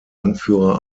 anführer